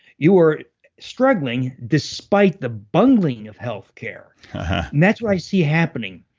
you were struggling despite the bungling of healthcare. and that's what i see happening.